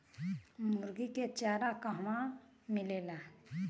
मुर्गी के चारा कहवा मिलेला?